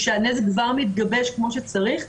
כשהנזק כבר מתגבש כמו שצריך,